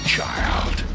Child